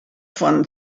von